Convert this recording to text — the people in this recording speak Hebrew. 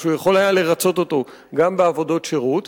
שהוא יכול היה לרצות אותו גם בעבודות שירות.